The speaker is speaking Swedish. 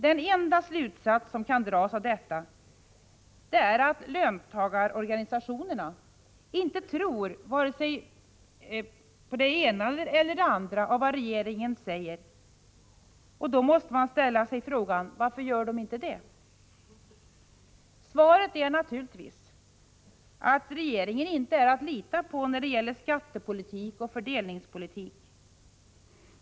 Den enda slutsats som kan dras av detta är att löntagarorganisationerna inte tror på vare sig det ena eller det andra av vad regeringen säger. Då måste man ställa frågan: Varför gör de inte det? Svaret är naturligtvis att regeringen inte är att lita på när det gäller skattepolitik och fördelningspolitik.